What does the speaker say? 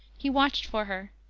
he watched for her.